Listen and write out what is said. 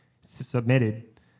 submitted